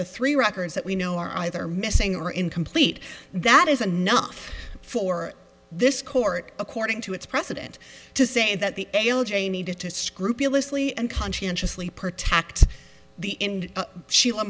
the three records that we know are either missing or incomplete that is enough for this court according to its president to say that the a l j needed to scrupulously and conscientiously protect the end she